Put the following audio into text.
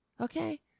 Okay